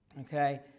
Okay